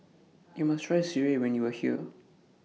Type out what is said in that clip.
YOU must Try Sireh when YOU Are here